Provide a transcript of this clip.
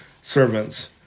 servants